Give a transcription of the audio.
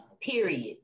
Period